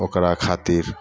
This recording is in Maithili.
ओकरा खातिर